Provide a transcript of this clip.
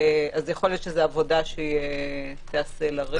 אז יכול להיות שזו עבודה שתיעשה לריק.